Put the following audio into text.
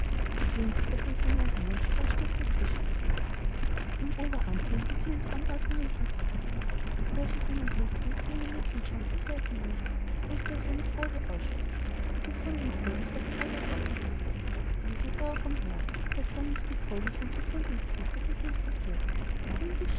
die jüngste der pensionärinnen sprach stets das tischgebet dem oberamtmann gefielen die anordnungen vortrefflich und als er seinen blick über die junge mädchenschar hingleiten ließ mußte er seine freude aussprechen wie gesund und fröhlich fast alle aussahen ilse sah auch umher aber es waren nicht die fröhlichen und gesunden gesichter die sie